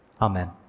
Amen